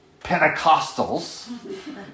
Pentecostals